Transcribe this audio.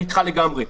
אני איתך לגמרי.